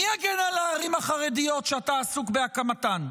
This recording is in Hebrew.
מי יגן על הערים החרדיות שאתה עסוק בהקמתן?